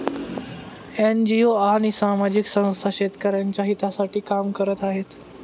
NGO आणि सामाजिक संस्था शेतकऱ्यांच्या हितासाठी काम करत आहेत